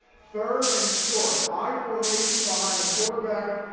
third and short, i formation behind the quarterback.